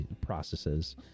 processes